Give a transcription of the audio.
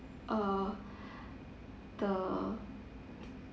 uh the